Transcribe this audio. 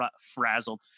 frazzled